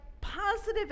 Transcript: positive